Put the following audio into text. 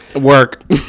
Work